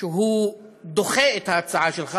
שהוא דוחה את ההצעה שלך,